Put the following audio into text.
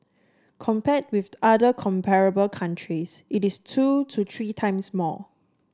compared with other comparable countries it is two to three times more